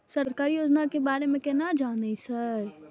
सरकारी योजना के बारे में केना जान से?